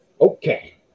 Okay